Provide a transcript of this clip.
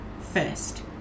first